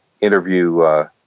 interview